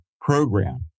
program